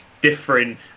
different